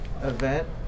event